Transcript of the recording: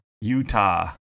Utah